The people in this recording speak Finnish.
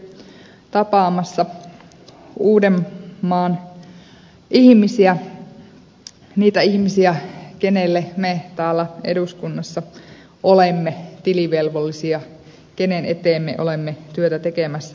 olin tuossa juuri tapaamassa uudenmaan ihmisiä niitä ihmisiä kenelle me täällä eduskunnassa olemme tilivelvollisia kenen eteen me olemme työtä tekemässä